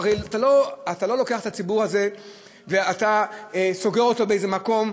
הרי אתה לא לוקח את הציבור הזה וסוגר אותו באיזה מקום,